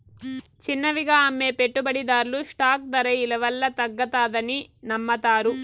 చిన్నవిగా అమ్మే పెట్టుబడిదార్లు స్టాక్ దర ఇలవల్ల తగ్గతాదని నమ్మతారు